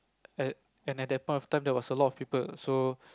and at that point of time there was a lot of people so